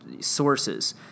sources